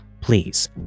please